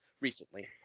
recently